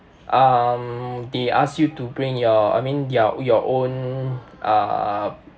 um they ask you to bring your I mean your your own uh